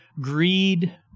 greed